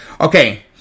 Okay